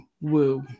woo